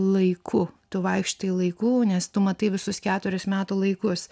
laiku tu vaikštai laiku nes tu matai visus keturis metų laikus